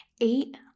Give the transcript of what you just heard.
eight